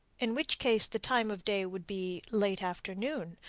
in which case the time of day would be late afternoon.